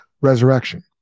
resurrection